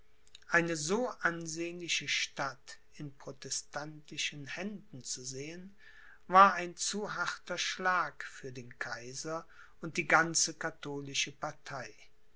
eine so ansehnliche stadt in protestantischen händen zu sehen war ein zu harter schlag für den kaiser und die ganze katholische partei